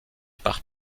par